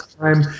time